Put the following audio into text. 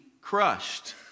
crushed